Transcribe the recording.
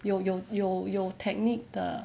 有有有有 technique 的